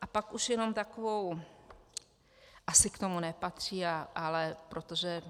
A pak už jenom takovou, asi k tomu nepatří, ale protože